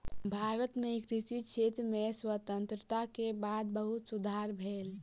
भारत मे कृषि क्षेत्र में स्वतंत्रता के बाद बहुत सुधार भेल